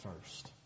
first